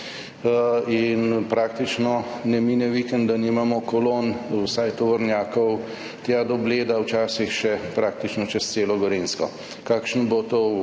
Praktično ne mine vikend, ko nimamo kolon vsaj tovornjakov tja do Bleda, včasih še praktično čez celo Gorenjsko. Kakšno bo to v